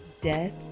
death